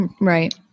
Right